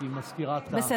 בסדר.